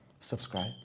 subscribe